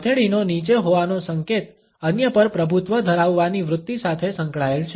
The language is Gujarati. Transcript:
હથેળીનો નીચે હોવાનો સંકેત અન્ય પર પ્રભુત્વ ધરાવવાની વૃત્તિ સાથે સંકળાયેલ છે